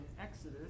Exodus